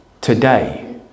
today